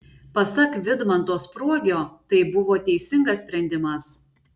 pasak vidmanto spruogio tai buvo teisingas sprendimas